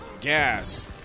gas